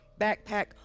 backpack